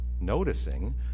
noticing